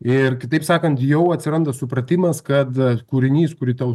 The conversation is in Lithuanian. ir kitaip sakant jau atsiranda supratimas kad kūrinys kurį tau